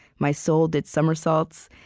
my soul did somersaults,